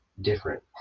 different